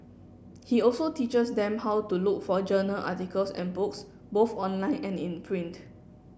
he also teaches them how to look for journal articles and books both online and in print